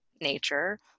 nature